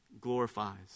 glorifies